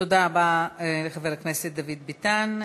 תודה רבה לחבר הכנסת דוד ביטן.